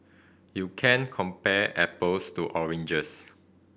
you can't compare apples to oranges